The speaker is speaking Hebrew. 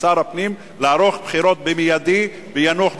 ממליצים לשר הפנים לערוך בחירות מיידיות ביאנוח ג'ת.